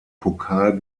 pokal